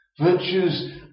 Virtues